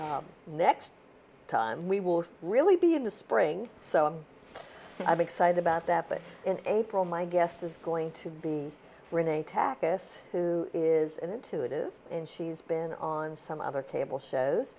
next time we will really be in the spring so i'm excited about that but in april my guess is going to be renee tackiest who is intuitive and she's been on some other cable shows